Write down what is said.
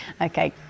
Okay